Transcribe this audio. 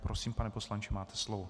Prosím, pane poslanče, máte slovo.